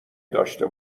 داشته